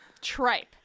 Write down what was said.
tripe